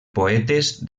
poetes